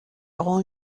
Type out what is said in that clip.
all